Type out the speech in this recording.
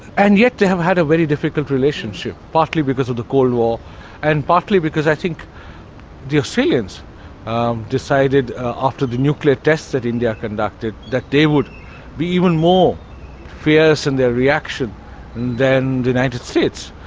and yet they have had a very difficult relationship, partly because of the cold war and partly because i think the australians decided after the nuclear tests that india conducted, that they would be even more fierce in their reaction than the united states.